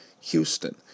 Houston